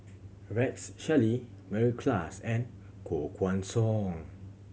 Rex Shelley Mary Klass and Koh Guan Song